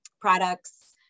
products